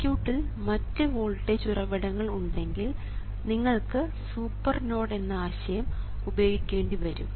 സർക്യൂട്ടിൽ മറ്റ് വോൾട്ടേജ് ഉറവിടങ്ങൾ ഉണ്ടെങ്കിൽ നിങ്ങൾക്ക് സൂപ്പർ നോഡ് എന്ന ആശയം ഉപയോഗിക്കേണ്ടിവരും